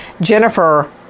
Jennifer